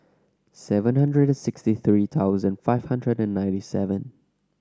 seven hundred sixty three thousand five hundred and ninety seven